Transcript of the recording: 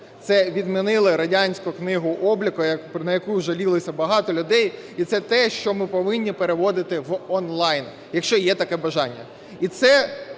це відмінили радянську книгу обліку, на яку жалілися багато людей. І це те, що ми повинні переводити в онлайн, якщо є таке бажання.